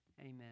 Amen